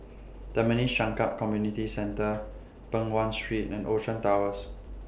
Tampines Changkat Community Centre Peng Nguan Street and Ocean Towers